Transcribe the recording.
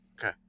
Okay